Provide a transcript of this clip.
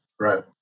Right